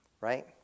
right